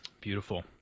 Beautiful